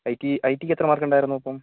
I T I ടിക്ക് എത്ര mark ഉണ്ടായിരുന്നു അപ്പം